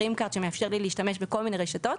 שמאפשר לי להשתמש בכל מיני רשתות,